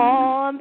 on